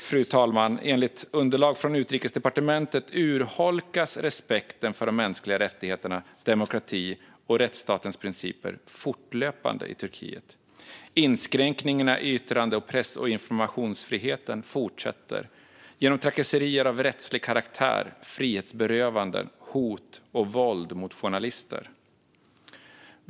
Fru talman! Enligt underlag från Utrikesdepartementet urholkas respekten för de mänskliga rättigheterna, demokrati och rättsstatens principer fortlöpande i Turkiet. Inskränkningarna i yttrande, press och informationsfriheten fortsätter genom trakasserier av rättslig karaktär, frihetsberövanden, hot och våld mot journalister.